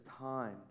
time